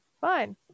fine